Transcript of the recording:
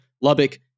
Lubbock